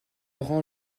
rend